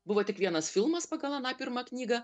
buvo tik vienas filmas pagal aną pirmą knygą